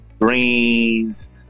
greens